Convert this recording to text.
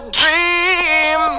dream